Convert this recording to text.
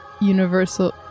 universal